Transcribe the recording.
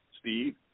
Steve